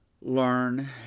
learn